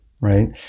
right